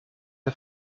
ihr